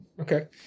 Okay